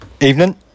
Evening